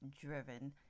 driven